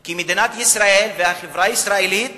כי מדינת ישראל והחברה הישראלית